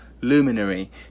Luminary